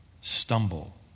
stumble